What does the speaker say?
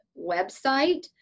website